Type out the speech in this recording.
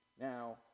now